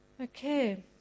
Okay